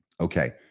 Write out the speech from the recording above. Okay